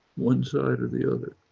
one side or the other.